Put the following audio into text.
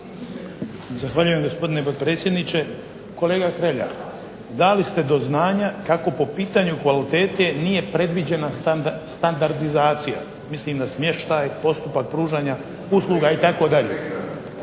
Zahvaljujem gospodine potpredsjedniče. Kolega Hrelja, dali ste do znanja kako po pitanju kvalitete nije predviđena standardizacija. Mislim na smještaj, postupak pružanja usluga itd.